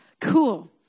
Cool